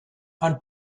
and